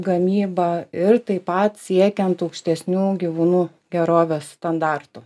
gamyba ir taip pat siekiant aukštesnių gyvūnų gerovės standartų